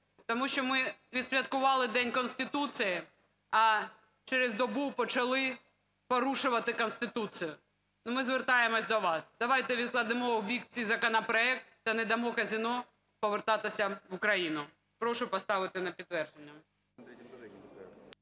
тому що ми відсвяткували День Конституції, а через добу почали порушувати Конституцію. Ми звертаємося до вас, давайте відкладемо в бік ці законопроекти та не дамо казино повертатися в Україну. Прошу поставити на підтвердження.